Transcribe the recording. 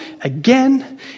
again